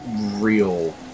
real